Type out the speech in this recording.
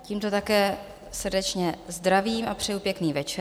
Tímto také srdečně zdravím a přeji pěkný večer.